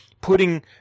putting